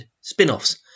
spin-offs